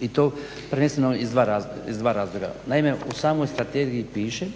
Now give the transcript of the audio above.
I to prvenstveno iz dva razloga. Naime, u samoj strategiji piše